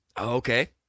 Okay